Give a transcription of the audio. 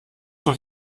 noch